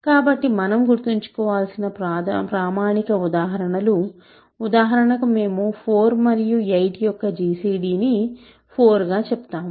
కాబట్టి మనం గుర్తుంచుకోవలసిన ప్రామాణిక ఉదాహరణలు ఉదాహరణకు మేము 4 మరియు 8 యొక్క జిసిడి ని 4 గా చెప్తాము